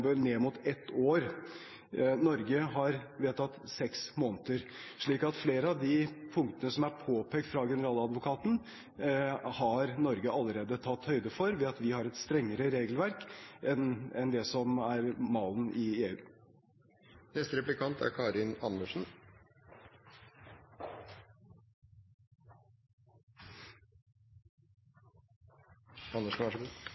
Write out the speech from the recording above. bør ned mot ett år. Norge har vedtatt seks måneder – slik at flere av punktene som er påpekt av generaladvokaten, har Norge allerede tatt høyde for ved at vi har et strengere regelverk enn det som er malen i EU. Jeg tror det først er